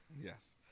Yes